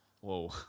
Whoa